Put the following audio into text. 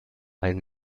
ein